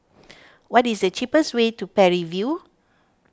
what is the cheapest way to Parry View